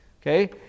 Okay